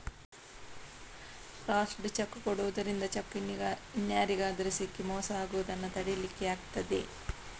crossed cheque ಕೊಡುದರಿಂದ cheque ಇನ್ಯಾರಿಗಾದ್ರೂ ಸಿಕ್ಕಿ ಮೋಸ ಆಗುದನ್ನ ತಡೀಲಿಕ್ಕೆ ಆಗ್ತದೆ